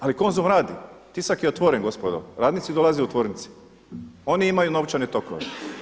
Ali Konzum radi, tisak je je otvoren gospodo, radnici dolaze u tvornici, oni imaju novčane tokove.